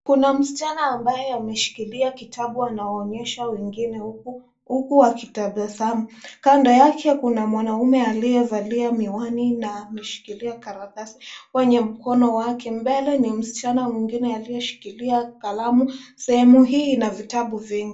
Kuna msichana ambaye ameshikilia kitabu anawaonyesha wengine huku akitabasamu. Kando yake kuna mwanaume aliyevalia miwani na ameshikilia karatasi kwenye mkono wake. Mbele ni msichana mwingine aliyeshikilia kalamu. Sehemu hii ina vitabu vingi.